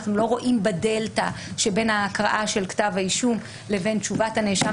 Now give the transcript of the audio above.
אנחנו לא רואים בדלתא שבין ההקראה של כתב האישום לבין תשובת הנאשם